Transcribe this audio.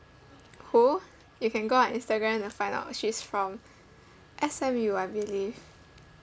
who you can go on instagram to find out she's from S_M_U I believe